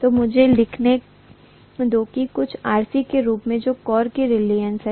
तो मुझे लिखने दो कि कुछ RC के रूप में जो कोर की रीलक्टन्स है